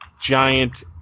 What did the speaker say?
giant